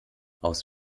aus